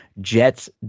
Jets